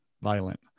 violent